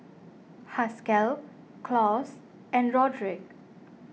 Haskell Claus and Roderic